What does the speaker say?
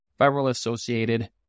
viral-associated